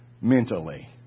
mentally